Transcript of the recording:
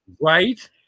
Right